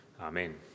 Amen